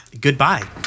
Goodbye